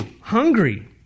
hungry